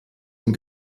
dem